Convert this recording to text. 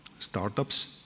startups